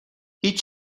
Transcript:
هیچ